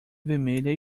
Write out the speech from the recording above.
vermelha